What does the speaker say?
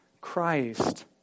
Christ